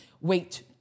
wait